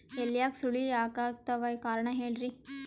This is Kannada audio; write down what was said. ಎಲ್ಯಾಗ ಸುಳಿ ಯಾಕಾತ್ತಾವ ಕಾರಣ ಹೇಳ್ರಿ?